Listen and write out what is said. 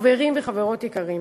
חברים וחברות יקרים,